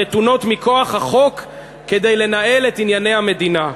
הנתונות מכוח החוק כדי לנהל את ענייני המדינה.